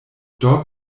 dort